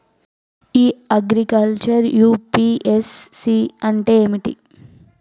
ఇ agriculture UPSC అంటే ఏమిటి?